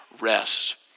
rest